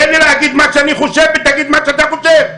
תן לי להגיד מה שאני חושב ותגיד מה שאתה חושב.